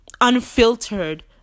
unfiltered